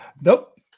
nope